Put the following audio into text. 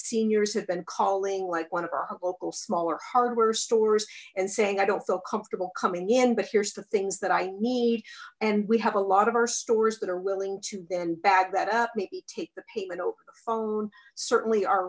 seniors have been calling like one of our local smaller hardware stores and saying i don't feel comfortable coming in but here's the things that i need and we have a lot of our stores that are willing to then bag that up maybe take the payment over the phone certainly